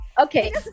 Okay